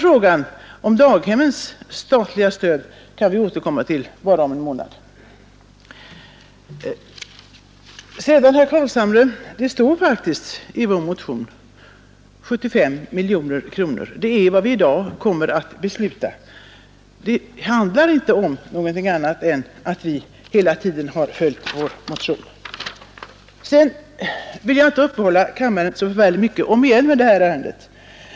Frågan om daghemmens statliga stöd kan vi återkomma till om bara en månad. Sedan, herr Carlshamre, står det faktiskt i vår motion 75 miljoner kronor. Det är vad vi i dag kommer att besluta om. Det handlar inte om någonting annat än att vi hela tiden har följt vår motion. Jag vill inte uppehålla kammaren så mycket mer med detta ärende.